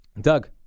Doug